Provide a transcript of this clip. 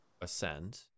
ascend